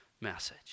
message